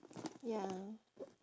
ya